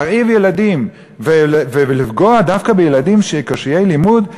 להרעיב ילדים ולפגוע דווקא בילדים קשי לימוד,